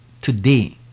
today